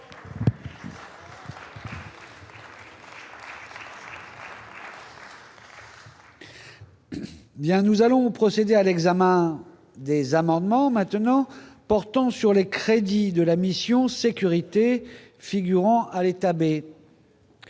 nous allons procéder à l'examen des amendements maintenant portant sur les crédits de la mission sécurité figurant à l'État B..